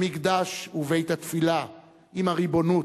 המקדש ובית-התפילה עם הריבונות.